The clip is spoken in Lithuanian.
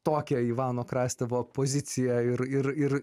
tokią ivano krastivo poziciją ir ir ir